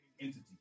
entity